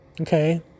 Okay